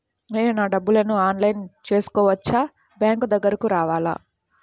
నేను నా డబ్బులను ఆన్లైన్లో చేసుకోవచ్చా? బ్యాంక్ దగ్గరకు రావాలా?